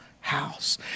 house